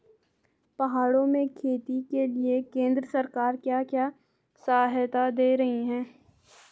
पहाड़ों में खेती के लिए केंद्र सरकार क्या क्या सहायता दें रही है?